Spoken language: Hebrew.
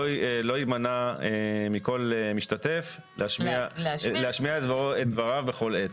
לא יימנע מכל משתתף להשמיע את דבריו בכל עת.